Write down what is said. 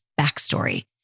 backstory